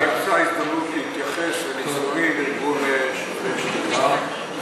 אני אמצא הזדמנות להתייחס מניסיוני לארגון "שוברים שתיקה"